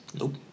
Nope